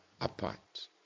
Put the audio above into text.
Apart